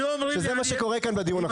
שזה מה שקורה כאן בדיון עכשיו.